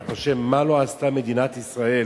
אני חושב, מה לא עשתה מדינת ישראל